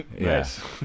Yes